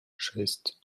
шесть